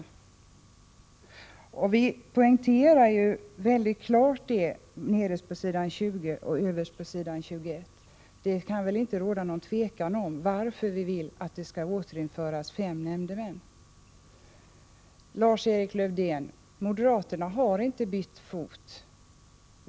Detta poängterar vi mycket klart nederst på s. 20 och överst på s. 21. Det kan väl inte råda något tvivel om varför vi vill att ordningen med fem nämndemän skall återinföras. Till Lars-Erik Lövdén: Moderaterna har inte bytt fot.